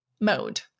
mode